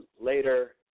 later